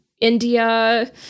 India